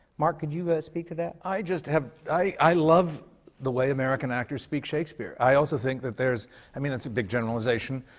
mark, could you speak to that? i just have i love the way american actors speak shakespeare. i also think that there's i mean, that's a big generalization,